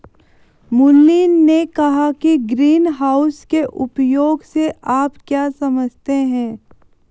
मुरली ने कहा कि ग्रीनहाउस के उपयोग से आप क्या समझते हैं?